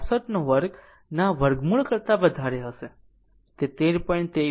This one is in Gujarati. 66 2 ના વર્ગમૂળ કરતા વધારે હશે તે 13